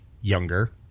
younger